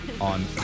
on